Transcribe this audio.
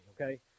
okay